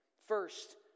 First